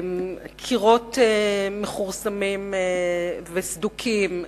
קירות מכורסמים וסדוקים,